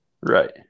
Right